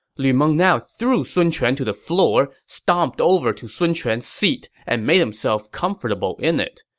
lu meng now threw sun quan to the floor, stomped over to sun quan's seat, and made himself comfortable in it.